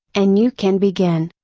and you can begin.